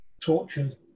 tortured